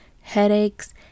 headaches